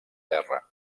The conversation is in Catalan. terra